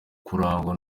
kurangwa